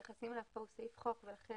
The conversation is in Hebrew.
שמתייחסים אליו כאן הוא סעיף חוק ולכן